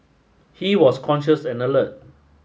he was conscious and alert